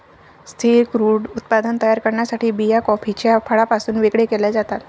स्थिर क्रूड उत्पादन तयार करण्यासाठी बिया कॉफीच्या फळापासून वेगळे केल्या जातात